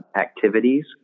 activities